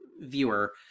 viewer